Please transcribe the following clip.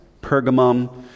Pergamum